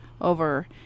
over